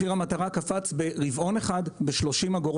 מחיר המטרה קפץ ברבעון אחד ב-30 אג'.